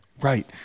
right